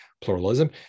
pluralism